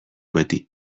beti